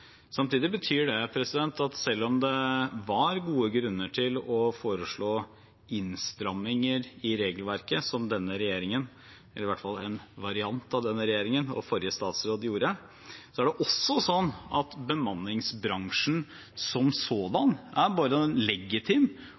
Samtidig betyr det at selv om det var gode grunner til å foreslå innstramninger i regelverket, som denne regjeringen – eller i hvert fall en variant av denne regjeringen – og forrige statsråd gjorde, er det også sånn at bemanningsbransjen som sådan er en både legitim